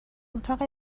اتاق